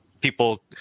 people